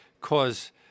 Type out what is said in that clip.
cause